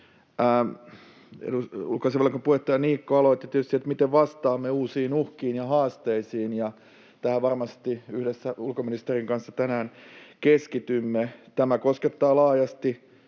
Ulkoasiainvaliokunnan puheenjohtaja Niikko aloitti tietysti, että miten vastaamme uusiin uhkiin ja haasteisiin, ja tähän varmasti yhdessä ulkoministerin kanssa tänään keskitymme. Tämä koskettaa laajasti